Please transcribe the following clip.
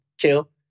kill